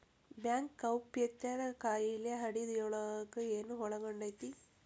Bank ಗೌಪ್ಯತಾ ಕಾಯಿದೆ ಅಡಿಯೊಳಗ ಏನು ಒಳಗೊಂಡೇತಿ?